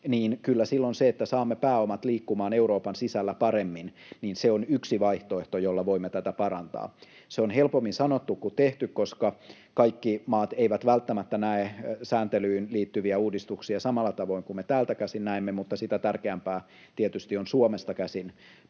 kyllä silloin se, että saamme pääomat liikkumaan Euroopan sisällä paremmin, on yksi vaihtoehto, jolla voimme tätä parantaa. Se on helpommin sanottu kuin tehty, koska kaikki maat eivät välttämättä näe sääntelyyn liittyviä uudistuksia samalla tavoin kuin me täältä käsin näemme, mutta sitä tärkeämpää tietysti on Suomesta käsin